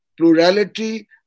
plurality